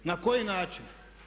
Na koji način?